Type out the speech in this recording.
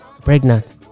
Pregnant